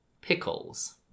pickles